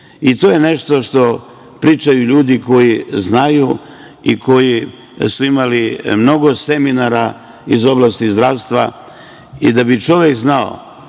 je nešto što pričaju ljudi koji znaju i koji su imali mnogo seminara iz oblasti zdravstva i da bi čovek znao